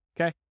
okay